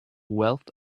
wealth